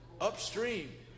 upstream